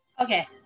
Okay